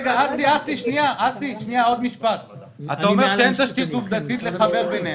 אתה אומר שאין תשתית עובדתית לחבר ביניהם.